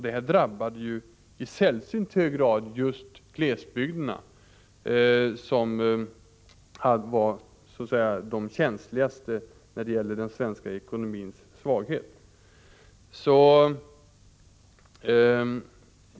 Det drabbade i sällsynt hög grad just glesbygderna, där en försvagning av den svenska ekonomin känns mest.